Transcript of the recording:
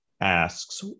asks